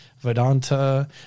Vedanta